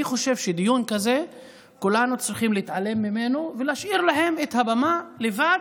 אני חושב שמדיון כזה כולנו צריכים להתעלם ולהשאיר להם את הבמה לבד,